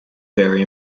very